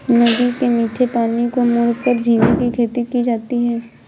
नदी के मीठे पानी को मोड़कर झींगे की खेती की जाती है